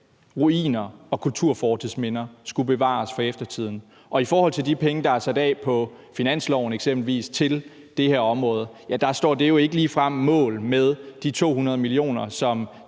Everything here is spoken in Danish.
ruiner og kulturfortidsminder skulle bevares for eftertiden. I forhold til de penge, der er sat af på finansloven til eksempelvis det her område, står det jo ikke ligefrem mål med de 200 mio.